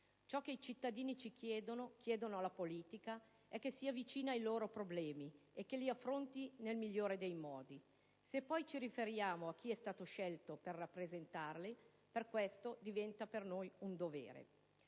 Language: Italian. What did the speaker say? Ciò che i cittadini chiedono alla politica è che sia vicina ai loro problemi e che li affronti nel migliore dei modi. Se poi ci riferiamo a chi è stato scelto per rappresentarli, per questi diventa un dovere.